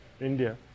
India